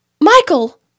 Michael